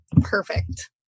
Perfect